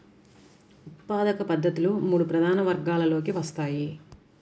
ఉత్పాదక పద్ధతులు మూడు ప్రధాన వర్గాలలోకి వస్తాయి